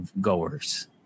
goers